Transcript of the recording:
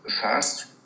fast